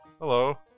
Hello